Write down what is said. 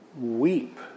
Weep